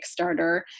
Kickstarter